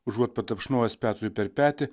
užuot patapšnojus petrui per petį